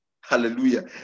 Hallelujah